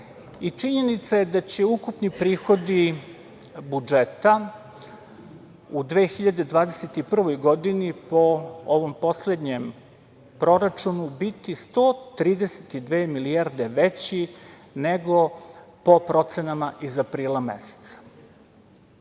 godine. Činjenica je da će ukupni prihodi budžeta u 2021. godini, po ovom poslednjem proračunu, biti 132 milijarde veći nego po procenama iz aprila meseca,